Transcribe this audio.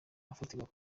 afatirwa